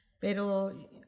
pero